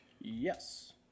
Yes